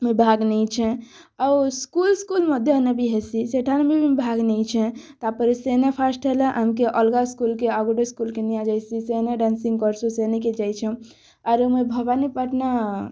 ମୁଇଁ ଭାଗ ନେଇଛେଁ ଆଉ ସ୍କୁଲ୍ ସ୍କୁଲ୍ ମଧ୍ୟନେ ବି ହେଁସି ସେଠାରେ ମୁଁ ଭାଗ ନେଇଛେଁ ତାପରେ ସେନେ ଫାଷ୍ଟ ହେଲା ଆମ୍କେଁ ଅଲଗା ସ୍କୁଲ୍କେ ଆଉ ଗୋଟେ ସ୍କୁଲ୍କେ ନିଆଯାଇଛି ସେନେ ଡ୍ୟାନ୍ସିଂ କରୁଛୁ ସେନକି ଯାଉଛୁଁ ଆରୁ ମୁଁ ଭବାନୀପାଟନା